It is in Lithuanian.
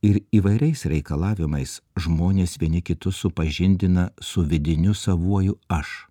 ir įvairiais reikalavimais žmonės vieni kitus supažindina su vidiniu savuoju aš